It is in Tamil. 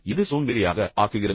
எது உங்களை சோம்பேறியாக ஆக்குகிறது